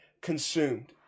consumed